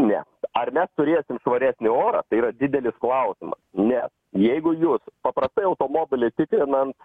ne ar mes turėsim švaresnį orą tai yra didelis klausimas nes jeigu jūs paprastai automobilį tikrinant